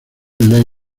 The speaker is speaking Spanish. lake